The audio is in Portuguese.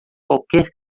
qualquer